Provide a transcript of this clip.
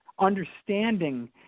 understanding